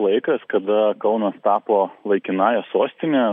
laikas kada kaunas tapo laikinąja sostine